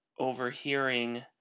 overhearing